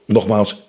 Nogmaals